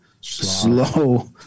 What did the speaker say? slow